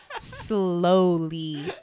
slowly